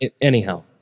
Anyhow